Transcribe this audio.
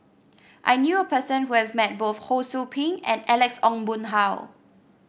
I knew a person who has met both Ho Sou Ping and Alex Ong Boon Hau